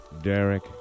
Derek